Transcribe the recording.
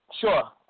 Sure